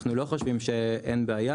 אנחנו לא חושבים שאין בעיה,